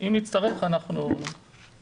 אם נצטרך, נבקש.